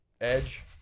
edge